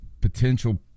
potential